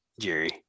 Jerry